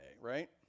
right